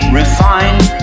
refined